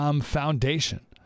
foundation